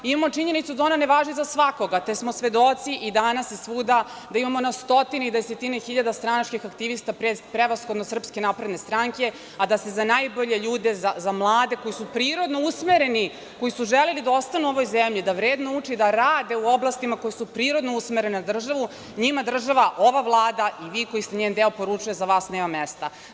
Imamo činjenicu da ona ne važi za svakoga, te smo svedoci i danas i svuda da imamo na stotine i desetine hiljada stranačkih aktivista prevashodno SNS, a da se za najbolje ljude, za mlade koji su prirodno usmereni, koji su želeli da ostanu u ovoj zemlji, da vredno uče i da rade u oblastima koje su prirodno usmerene na državu, njima država, ova Vlada i vi koji ste njen deo poručuje – za vas nema mesta.